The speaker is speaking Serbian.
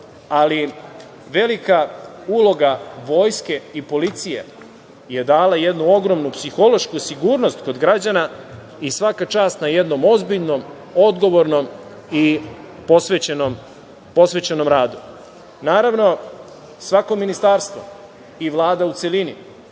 ali velika uloga Vojske i policije je dala jednu ogromnu psihološku sigurnost kod građana i svaka čast na jednom ozbiljnom, odgovornom i posvećenom radu. Naravno, svako ministarstvo i Vlada u celini